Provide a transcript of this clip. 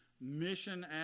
mission